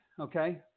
okay